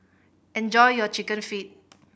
enjoy your Chicken Feet